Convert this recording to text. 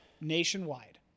nationwide